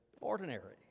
ordinary